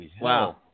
wow